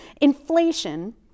Inflation